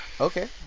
Okay